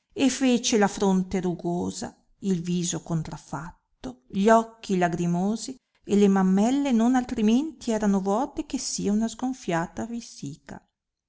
e fece la fronte rugosa il viso contrafatto gli occhi lacrimosi e le mammelle non altrimenti erano vuote che sia una sgonfiata vesica